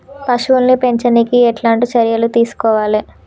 పశువుల్ని పెంచనీకి ఎట్లాంటి చర్యలు తీసుకోవాలే?